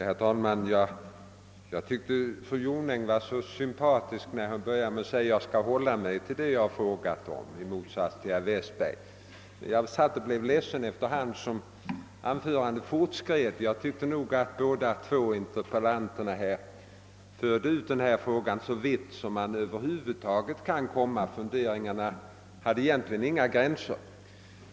Herr talman! Jag tyckte att fru Jonäng var så sympatisk när hon började med att säga att hon, i motsats till herr Westberg, skulle hålla sig till det hon frågat om. Men efter hand som hon fortsatte sitt anförande blev jag ledsen. Jag tycker att båda interpellanterna har utvecklat denna fråga så vitt som man över huvud taget kan göra — funderingarna hade egentligen inga gränser.